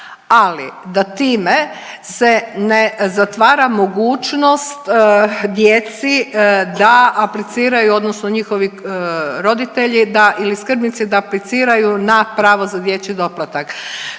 ali da time se ne zatvara mogućnost djeci da apliciraju odnosno njihovi roditelji da ili skrbnici da apliciraju na pravo za dječji doplatak.